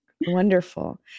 Wonderful